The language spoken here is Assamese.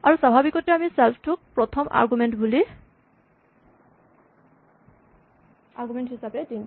আৰু স্বাভাৱিকতে আমি ছেল্ফ টোক প্ৰথম আৰগুমেন্ট হিচাপে দিম